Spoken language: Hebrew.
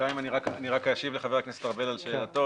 בינתיים אני רק אשיב לחבר הכנסת ארבל על שאלתו.